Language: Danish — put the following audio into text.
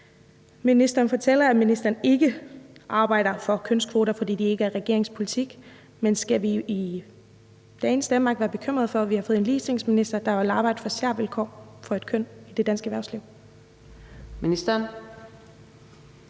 Ministeren fortæller, at ministeren ikke arbejder for kønskvoter, fordi det ikke er regeringens politik. Men skal vi i dagens Danmark være bekymret for, at vi har fået en ligestillingsminister, der vil arbejde for særvilkår for et køn i det danske erhvervsliv?